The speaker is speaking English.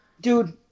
Dude